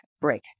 break